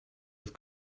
with